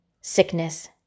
sickness